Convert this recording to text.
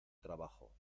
trabajo